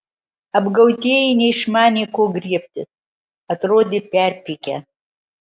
apgautieji neišmanė ko griebtis atrodė perpykę